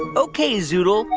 ah ok, zoodle.